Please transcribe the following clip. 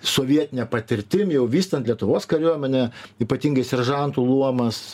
sovietine patirtim jau vystant lietuvos kariuomenę ypatingai seržantų luomas